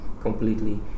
completely